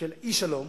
של אי-שלום,